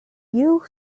you